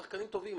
שחקנים טובים,